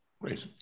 Great